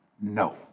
No